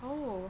oh